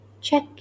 check